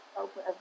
open